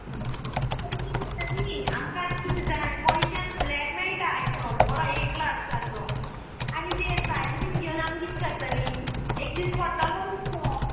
आमकां पयशें मेळटा न्ही आमकां आनी कितें जाय पयशेन फ्लॅट मेळटा आयतो बरो ए क्लास सारको आनी ते एसायल बीन घेवन आमी कित करतली एक दीस मारतोलो आनी वयतलो